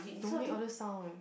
don't make all the sound